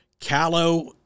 Callow